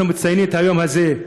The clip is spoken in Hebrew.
אנחנו מציינים את היום הזה,